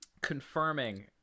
confirming